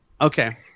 Okay